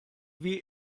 wie